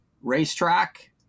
Racetrack